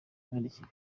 myandikire